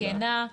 כנה,